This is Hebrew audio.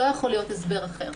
לא יכול להיות הסבר אחר.